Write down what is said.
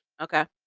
Okay